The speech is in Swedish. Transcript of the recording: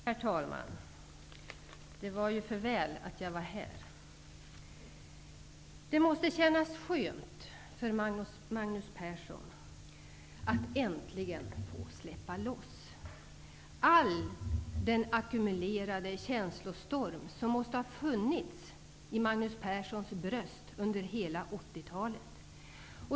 Herr talman! Det var ju för väl att jag var här. Det måste kännas skönt för Magnus Persson att äntligen få släppa loss all den ackumulerade känslostorm som måste ha funnits i Magnus Perssons bröst under hela 80-talet.